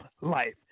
life